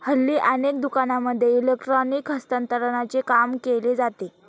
हल्ली अनेक दुकानांमध्ये इलेक्ट्रॉनिक हस्तांतरणाचे काम केले जाते